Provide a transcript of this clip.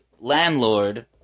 landlord